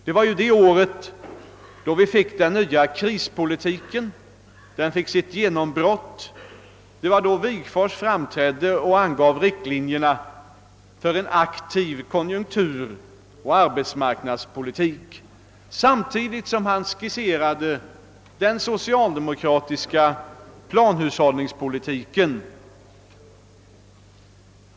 Det var ju det året som den nya krispolitiken fick sitt genombrott och det var då Wigforss framträdde och angav riktlinjerna för en aktiv konjunkturoch arbetsmarknadspolitik samtidigt som han skisserade den socialdemokratiska planhushållningspolitiken.